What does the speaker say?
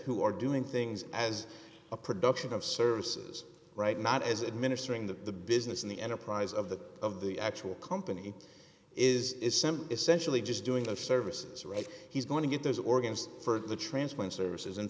who are doing things as a production of services right not as administering the business and the enterprise of the of the actual company is essentially just doing a services right he's going to get those organs for the transplant services in